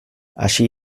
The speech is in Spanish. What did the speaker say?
allí